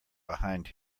behind